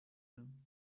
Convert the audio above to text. them